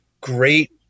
great